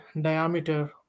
diameter